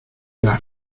las